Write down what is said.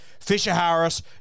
Fisher-Harris